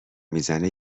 میزنه